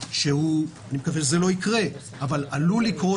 אני מקווה שלא יקרה אבל עלול לקרות,